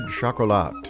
Chocolat